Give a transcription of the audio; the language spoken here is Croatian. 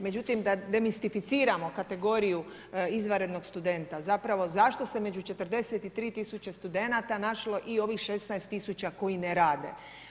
Međutim da demistificiramo kategoriju izvanrednog studenta, zapravo zašto se među 43 000 studenata našlo i ovih 16 000 koji ne rade?